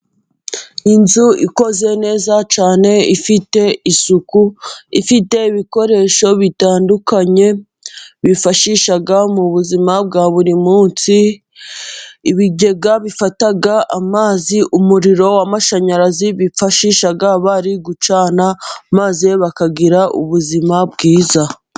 Inzu ikoze neza cyane ifite isuku, ifite ibikoresho bitandukanye bifashisha mu buzima bwa buri munsi, ibigega bifata amazi, umuriro w'amashanyarazi bifashisha bari gucana, maze bakagira ubuzima bwiza.